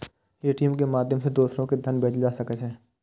ATM के माध्यम सं दोसरो कें धन भेजल जा सकै छै